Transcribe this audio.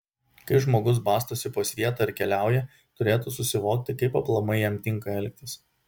kai žmogus bastosi po svietą ar keliauja turėtų susivokti kaip aplamai jam tinka elgtis